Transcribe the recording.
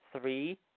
Three